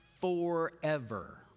forever